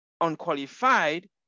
unqualified